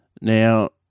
Now